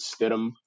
Stidham